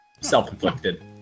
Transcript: Self-inflicted